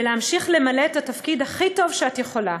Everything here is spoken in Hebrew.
להמשיך למלא את התפקיד "הכי טוב שאת יכולה".